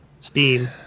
steam